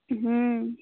हूँ